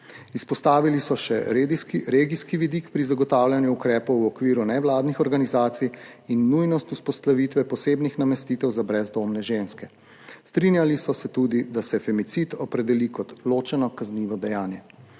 Izpostavili so še regijski vidik pri zagotavljanju ukrepov v okviru nevladnih organizacij in nujnost vzpostavitve posebnih namestitev za brezdomne ženske. Strinjali so se tudi, da se femicid opredeli kot ločeno kaznivo dejanje.